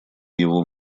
его